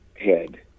head